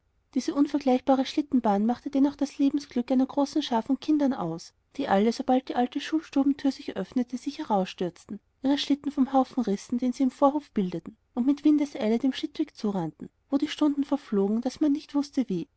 diese unvergleichliche schlittenbahn machte denn auch das lebensglück einer großen schar von kindern aus die alle sobald nur die alte schulstubentür sich öffnete sich herausstürzten ihre schlitten vom haufen rissen den sie im vorhof bildeten und mit windeseile dem schlittweg zurannten wo die stunden verflogen man wußte nicht wie